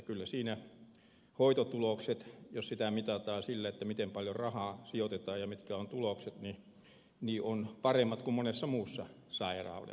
kyllä siinä hoitotulokset jos sitä mitataan sillä miten paljon rahaa sijoitetaan ja mitkä ovat tulokset ovat paremmat kuin monessa muussa sairaudessa